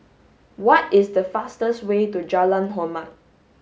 what is the fastest way to Jalan Hormat